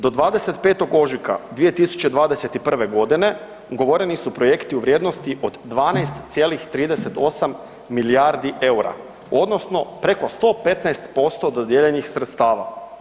Do 25. ožujka 2021. g. ugovoreni su projekti u vrijednosti od 12,38 milijardi eura odnosno preko 115% dodijeljenih sredstava.